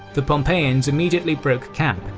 the pompeians immediately broke camp,